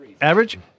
Average